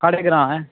साढ़े ग्रां ऐ